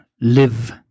live